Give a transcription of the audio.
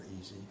easy